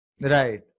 Right